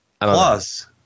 Plus